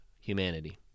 humanity